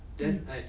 mm